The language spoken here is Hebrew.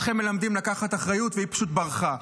אתכם מלמדים לקחת אחריות, והיא פשוט ברחה.